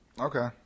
Okay